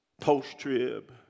post-trib